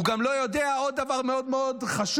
הוא גם לא יודע עוד דבר מאוד מאוד חשוב,